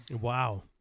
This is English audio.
Wow